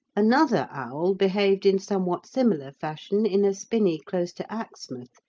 another owl behaved in somewhat similar fashion in a spinney close to axmouth,